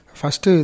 first